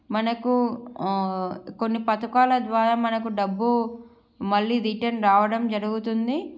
మనకు కొన్ని పథకాల ద్వారా మనకు డబ్బు మళ్ళీ రిటర్న్ రావడం జరుగుతుంది